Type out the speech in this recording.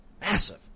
Massive